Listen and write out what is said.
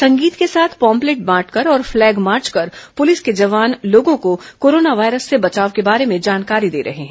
संगीत के साथ पाम्पलेट बांटकर और पलैग मार्च कर पुलिस के जवान लोगों को कोरोना वायरस से बचाव के बारे में जानकारी दे रहे हैं